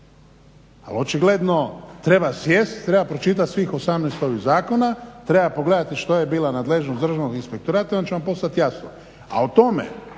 A očigledno treba sjesti, treba pročitati svih 18 ovih zakona, treba pogledati što je bila nadležnost Državnog inspektorata i onda će vam postati jasno.